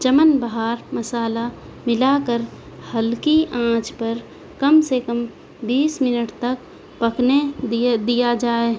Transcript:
چمن بہار مسالہ ملا کر ہلکی آنچ پر کم سے کم بیس منٹ تک پکنے دیا دیا جائے